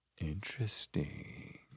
Interesting